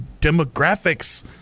demographics